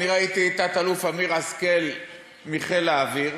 אני ראיתי את תת-אלוף אמיר השכל מחיל האוויר,